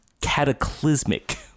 cataclysmic